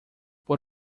por